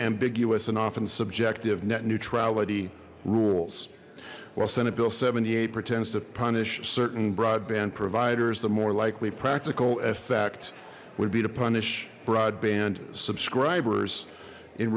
ambiguous and often subjective net neutrality rules while senate bill seventy eight pretends to punish certain broadband providers the more likely practical effect would be to punish broadband subscribers in